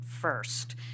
first